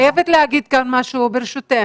אני חייבת להגיד כאן משהו, ברשותך.